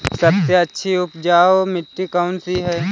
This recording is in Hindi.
सबसे अच्छी उपजाऊ मिट्टी कौन सी है?